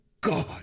God